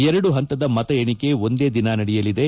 ಎರಡು ಹಂತದ ಮತ ಎಣಿಕೆ ಒಂದೇ ದಿನ ನಡೆಯಲಿದೆ